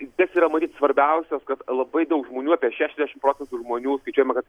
vis tiek yra matyt svarbiausias kad labai daug žmonių apie šešiasdešim procentų žmonių skaičiuojama kad